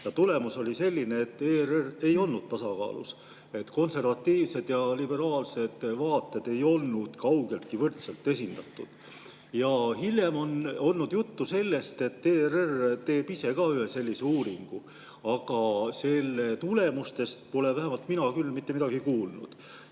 ja tulemus oli selline, et ERR ei olnud tasakaalus, konservatiivsed ja liberaalsed vaated ei olnud kaugeltki võrdselt esindatud. Hiljem on olnud juttu sellest, et ERR teeb ise ka ühe sellise uuringu, aga selle tulemustest pole vähemalt mina küll mitte midagi kuulnud.